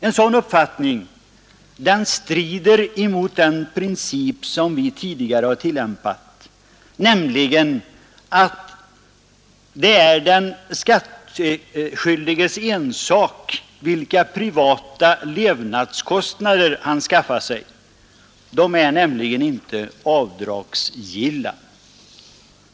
En sådan uppfattning strider mot den princip som vi tidigare har tillämpat, att det är den skattskyldiges ensak vilka privata levnadskostnader han skaffar sig. De är nämligen inte avdragsgilla.